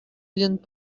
viennent